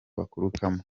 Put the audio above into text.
baturukamo